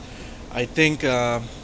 I think uh